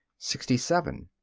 sixty seven.